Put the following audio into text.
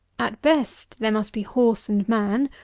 at best, there must be horse and man,